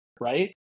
Right